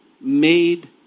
made